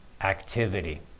activity